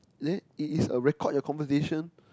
there it is a record your conversation